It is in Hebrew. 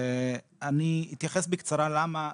אני אתייחס בקצרה למה.